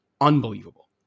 Unbelievable